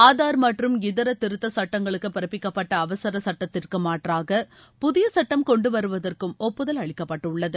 ஆதார் மற்றும் இதர திருத்த சுட்டங்களுக்கு பிறப்பிக்கப்பட்ட அவசர சுட்டத்திற்கு மாற்றாக புதிய சட்டம் கொண்டு வருவதற்கும் ஒப்புதல் அளிக்கப்பட்டுள்ளது